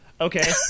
Okay